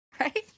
right